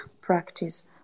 practice